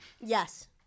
Yes